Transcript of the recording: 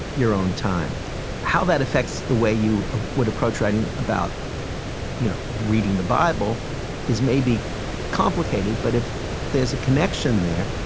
your own time how that affects the way you ah would approach writing about you know reading the bible is maybe complicated, but if there's a connection there,